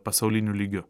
pasauliniu lygiu